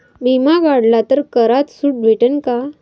बिमा काढला तर करात सूट भेटन काय?